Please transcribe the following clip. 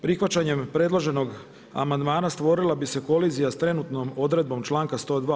Prihvaćanjem predloženog amandman stvorila bi se polizija s trenutnom odredbom članka 102.